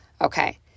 Okay